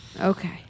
Okay